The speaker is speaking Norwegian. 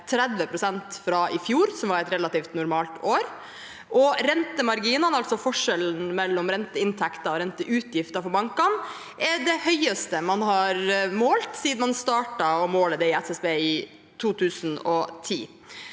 30 pst. fra i fjor, som var et relativt normalt år, og rentemarginen – altså forskjellen mellom renteinntekter og renteutgifter for bankene – er den høyeste man har målt siden SSB startet å måle det i 2010.